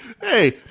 Hey